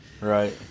Right